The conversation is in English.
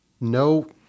no